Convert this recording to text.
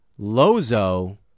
lozo